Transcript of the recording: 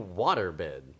waterbed